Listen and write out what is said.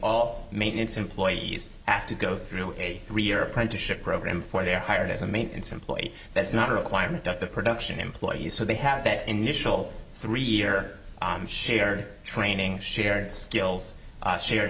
all maintenance employees asked to go through a three year apprenticeship program for their hired as a maintenance employee that's not a requirement of the production employees so they have that initial three year shared training shared skills shar